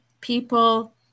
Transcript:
people